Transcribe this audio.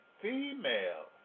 female